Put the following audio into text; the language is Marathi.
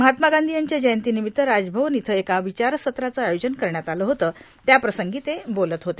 महात्मा गांधी यांच्या जंयती निमित्त राजभवन इथं एका विचारसत्राचं आयोजन करण्यात आलं होतं त्याप्रसंगी ते बोलत होते